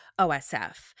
OSF